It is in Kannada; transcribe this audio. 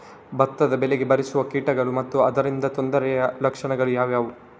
ಭತ್ತದ ಬೆಳೆಗೆ ಬಾರಿಸುವ ಕೀಟಗಳು ಮತ್ತು ಅದರಿಂದಾದ ತೊಂದರೆಯ ಲಕ್ಷಣಗಳು ಯಾವುವು?